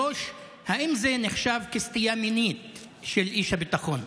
4. האם זה נחשב כסטייה מינית של איש הביטחון?